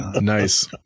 Nice